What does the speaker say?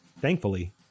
Thankfully